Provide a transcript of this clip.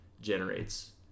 generates